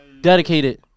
Dedicated